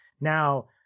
now